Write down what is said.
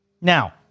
now